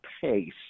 pace